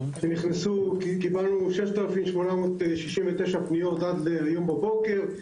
קיבלנו 6,869 פניות עד היום בבוקר.